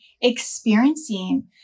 experiencing